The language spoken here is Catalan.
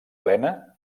plena